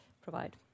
provide